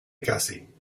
gussie